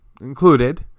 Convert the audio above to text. included